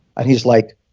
and he's like,